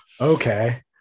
okay